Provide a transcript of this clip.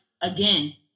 again